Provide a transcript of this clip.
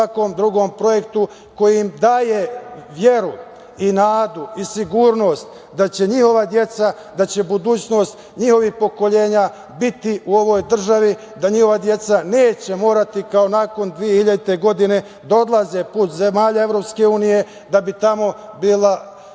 i svakom drugom projektu koji im daje veru i nadu i sigurnost da će njihova deca, da će budućnost njihovih pokoljenja biti u ovoj državi, da njihova deca neće morati kao nakon 2000. godine da odlaze put zemalja EU da bi tamo bila